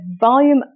volume